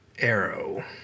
Arrow